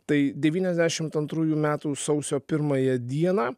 tai devyniasdešimt antrųjų metų sausio pirmąją dieną